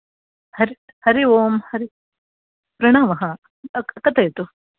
हरि हरि ओम् हरि प्रणवः कथयतु